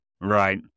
right